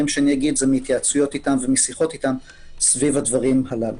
שאומר זה מהתייעצויות אתם ומשיחות אתם סביב הדברים הללו.